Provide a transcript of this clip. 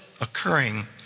occurring